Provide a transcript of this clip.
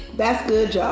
that's good,